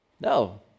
No